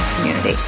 community